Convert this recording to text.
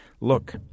Look